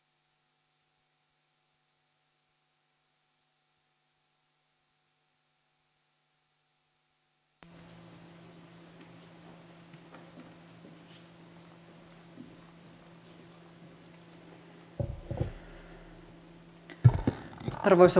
arvoisa puhemies